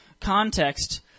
context